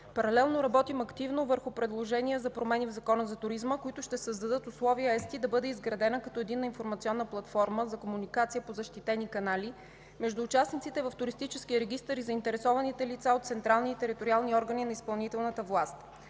Паралелно работим активно върху предложенията за промени в Закона за туризма, които ще създадат условия ЕСТИ да бъде изградена като единна информационна платформа за комуникация по защитени канали между участниците в туристическия регистър и заинтересованите лица от централни и териториални органи на изпълнителната власт.